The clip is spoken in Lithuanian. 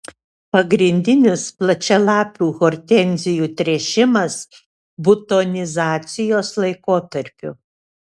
pagrindinis plačialapių hortenzijų tręšimas butonizacijos laikotarpiu